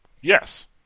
Yes